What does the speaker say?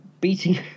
beating